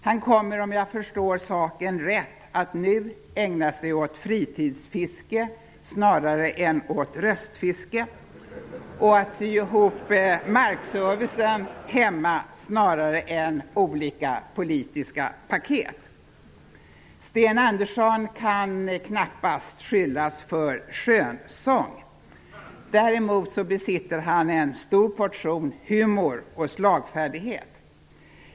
Han kommer, om jag förstått saken rätt, att nu ägna sig åt fritidsfiske, snarare än åt röstfiske, och att sy ihop markservicen hemma snarare än olika politiska paket. Sten Andersson kan knappast skyllas för skönsång. Däremot besitter han en stor portion humor och slagfärdighet.